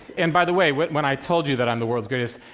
and by the way, when when i told you that i'm the world's greatest,